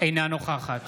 אינה נוכחת